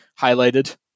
highlighted